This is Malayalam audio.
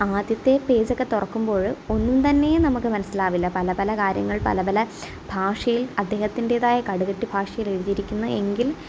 ആദ്യത്തെ പേജൊക്കെ തുറക്കുമ്പോൾ ഒന്നും തന്നെ നമുക്ക് മനസ്സിലാവില്ല പല പല കാര്യങ്ങൾ പല പല ഭാഷയിൽ അദ്ദേഹത്തിൻ്റേതായ കടുകട്ടി ഭാഷയിൽ എഴുതിയിരിക്കുന്ന എങ്കിൽ